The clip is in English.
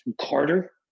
Carter